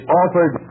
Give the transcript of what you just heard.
offered